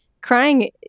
crying